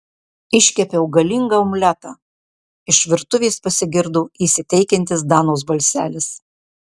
iškepiau galingą omletą iš virtuvės pasigirdo įsiteikiantis danos balselis